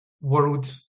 world